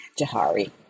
Jahari